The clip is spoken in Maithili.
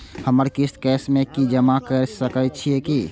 हमर किस्त कैश में भी जमा कैर सकै छीयै की?